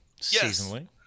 Seasonally